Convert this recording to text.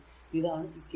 ഇതാണ് ഇക്വേഷൻ 25